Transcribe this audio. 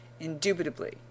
indubitably